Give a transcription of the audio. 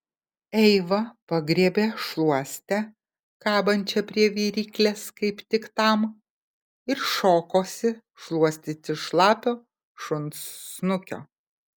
eiva pagriebė šluostę kabančią prie viryklės kaip tik tam ir šokosi šluostyti šlapio šuns snukio